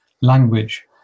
language